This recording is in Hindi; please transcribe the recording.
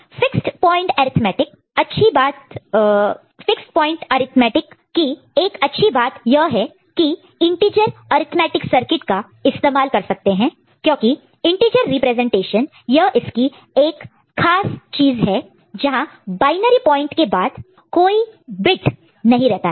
फिक्स्ड प्वाइंट अर्थमैटिक की अच्छी बात यह है की इंटीजर अर्थमैटिक सर्किट का इस्तेमाल कर सकते हैं क्योंकि इंटीजर रिप्रेजेंटेशन यह इसकी एक खास चीज है जहां बायनरी पॉइंट के बाद कोई बिट नहीं रहता है